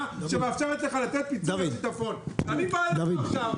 שמאפשרת לך לתת פיצוי לשיטפון ואני בא אליך עכשיו,